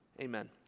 amen